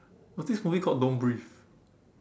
it was this movie called don't breathe